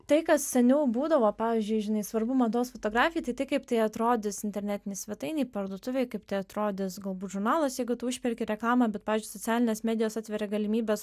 tai kas seniau būdavo pavyzdžiui žinai svarbu mados fotografijoj tai tai kaip tai atrodys internetinėj svetainėj parduotuvėj kaip tai atrodys galbūt žurnaluose jeigu tu užperki reklamą bet pavyzdžiui socialinės medijos atveria galimybes